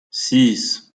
six